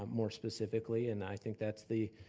um more specifically, and i think that's the,